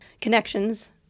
connections